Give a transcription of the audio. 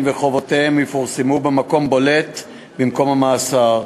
וחובותיהם יפורסמו במקום בולט במקום המאסר.